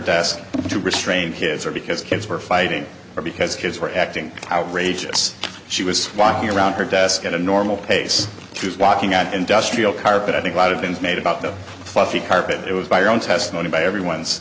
desk to restrain his or because kids were fighting or because kids were acting outrageous she was one here around her desk at a normal pace she was walking on industrial carpet i think a lot of things made about the fluffy carpet it was my own testimony by everyone's